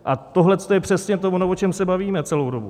A tohle je přesně to ono, o čem se bavíme celou dobu!